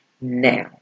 Now